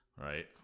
right